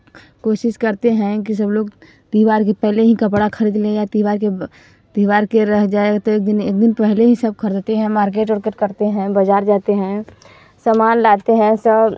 कोशिश करते हैं कि सब लोग त्योहार के पहले ही कपड़ा खरीद लें या त्योहार के ब त्योहार के रह जाए तो एक दिन एक दिन पहले ही सब खरीदते हैं मार्केट उर्केट करते हैं बाज़ार जाते हैं सामान लाते हैं सब